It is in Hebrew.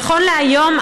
נכון להיום,